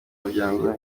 muryango